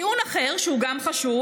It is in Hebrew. טיעון אחר, שהוא גם חשוב,